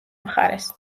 მხარეს